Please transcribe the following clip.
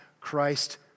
Christ